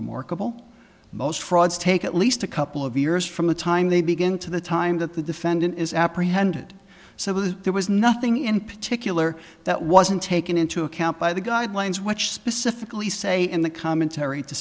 unremarkable most frauds take at least a couple of years from the time they begin to the time that the defendant is apprehended so there was nothing in particular that wasn't taken into account by the guidelines which specifically say in the commentary to